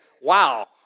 Wow